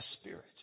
spirit